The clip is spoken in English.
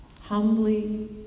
humbly